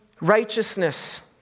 righteousness